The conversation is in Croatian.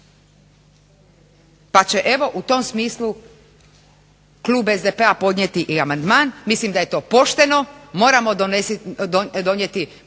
Pa će evo u tom smislu Klub SDP-a podnijeti i amandman. Mislim da je to pošteno. Moramo donijeti